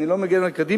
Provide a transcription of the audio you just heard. אני לא מגן על קדימה,